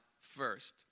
first